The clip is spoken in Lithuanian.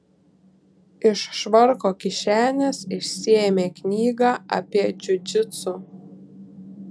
iš švarko kišenės išsiėmė knygą apie džiudžitsu